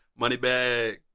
Moneybag